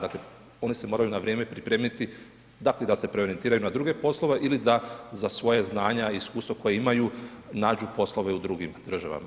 Dakle, oni se moraju na vrijeme pripremiti, dakle da se preorijentiraju na druge poslove ili da za svoja znanja i iskustva koje imaju nađu poslove u drugim državama.